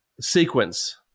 sequence